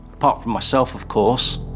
apart from myself of course,